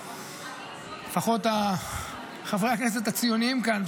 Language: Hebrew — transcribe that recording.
לפחות חברי הכנסת הציוניים כאן,